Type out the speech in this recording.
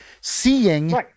seeing